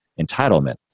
entitlement